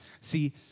see